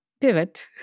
pivot